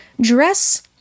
Dress